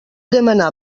demanar